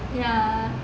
ya